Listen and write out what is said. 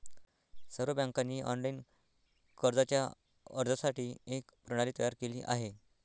सर्व बँकांनी ऑनलाइन कर्जाच्या अर्जासाठी एक प्रणाली तयार केली आहे